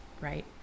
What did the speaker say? right